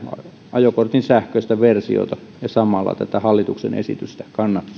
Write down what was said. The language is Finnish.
ajokortin sähköistä versiota ja samalla tätä hallituksen esitystä